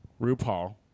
RuPaul